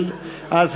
כן.